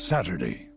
Saturday